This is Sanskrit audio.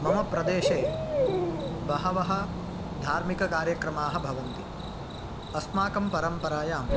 मम प्रदेशे बहवः धार्मिककार्यक्रमाः भवन्ति अस्माकं परम्परायां